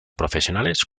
profesionales